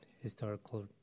historical